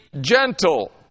gentle